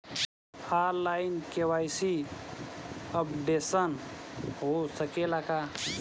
आन line KYC updation हो सकेला का?